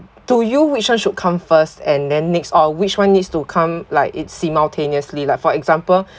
to you which one should come first and then next or which one needs to come like it simultaneously like for example